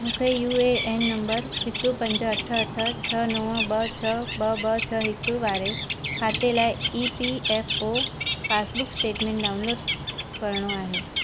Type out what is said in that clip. मूंखे U A N number हिकु पंज अठ अठ छह नव ॿ छह ॿ ॿ छह हिकु वारे खाते लाइ E P F O passbook statement download करिणो आहे